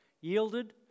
yielded